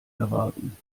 erwarten